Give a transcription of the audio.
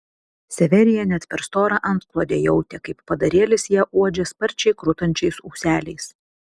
severija net per storą antklodę jautė kaip padarėlis ją uodžia sparčiai krutančiais ūseliais